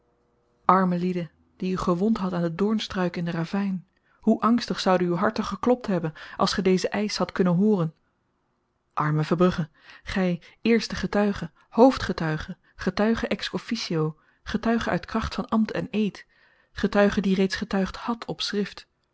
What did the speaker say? arme lieden die u gewond hadt aan de doornstruiken in den ravyn hoe angstig zouden uw harten geklopt hebben als ge dezen eisch hadt kunnen hooren arme verbrugge gy eerste getuige hoofdgetuige getuige ex officio getuige uit kracht van ambt en eed getuige die reeds getuigd hàdt op schrift